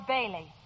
Bailey